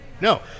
no